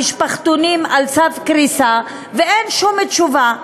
המשפחתונים על סף קריסה, ואין שום תשובה.